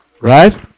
Right